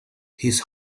his